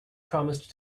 promised